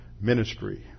ministry